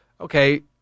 Okay